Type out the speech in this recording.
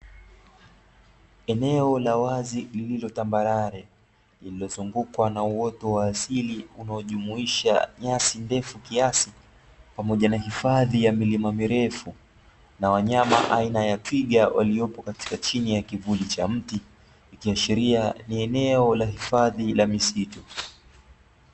Eneo la wazi lililo tambarare, lililozungukwa kwa uoto wa asili unayojumuisha nyasi ndefu kiasi pamoja na hifadhi ya milima mirefu na wanyama aina ya twiga waliopo katika chini kivuli cha mti, ikiashiria eneo la hifadhi la misitu.